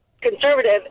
Conservative